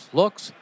looks